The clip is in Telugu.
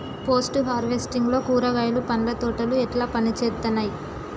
పోస్ట్ హార్వెస్టింగ్ లో కూరగాయలు పండ్ల తోటలు ఎట్లా పనిచేత్తనయ్?